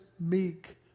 meek